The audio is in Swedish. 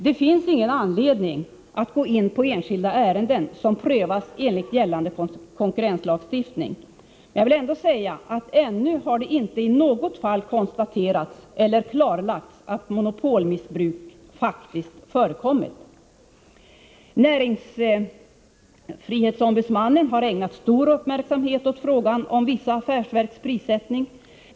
Det finns ingen anledning att gå in på enskilda ärenden som prövats enligt gällande konkurrenslagstiftning. Jag vill ändå säga att det ännu inte i något fall har konstaterats eller klarlagts att monopolmissbruk faktiskt förekommit. Näringsfrihetsombudsmannen har ägnat stor uppmärksamhet åt frågan om vissa affärsverks prissättning.